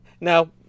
now